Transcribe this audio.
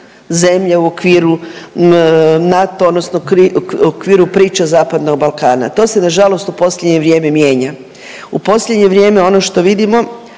zemlja u okviru NATO-a, odnosno u okviru priča zapadnog Balkana. To se na žalost u posljednje vrijeme mijenja. U posljednje vrijeme ono što vidimo